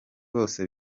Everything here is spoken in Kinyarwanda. bose